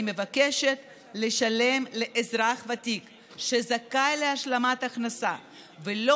אני מבקשת לשלם לאזרח ותיק שזכאי להשלמת הכנסה ולא